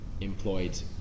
employed